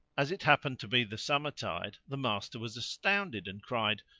as it happened to be the summer tide the master was astounded and cried,